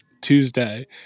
Tuesday